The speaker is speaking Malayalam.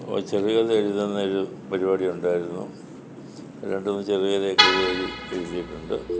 ഒരു ചെറുകഥ എഴുതുതുന്ന ഒരു പരിപാടി ഉണ്ടായിരുന്നു രണ്ടു മൂന്ന് ചെറുകഥയൊക്കെ ഇതുവഴി എഴുതിയിട്ടുണ്ട്